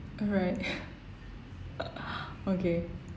right okay